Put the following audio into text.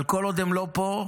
אבל כל עוד הם לא פה,